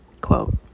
Quote